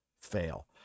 fail